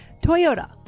Toyota